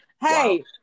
Hey